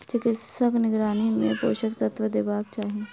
चिकित्सकक निगरानी मे पोषक तत्व देबाक चाही